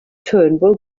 turnbull